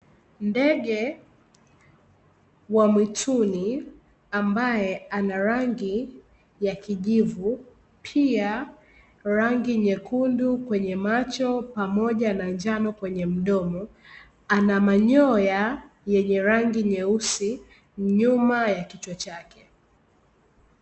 Ndege wa mwituni ambaye anarangi ya kijivu, pia rangi nyekundu kwenye macho pamoja na njano kwenye mdomo, anamanyoya yenye rangi nyeusi nyuma ya kichwa chake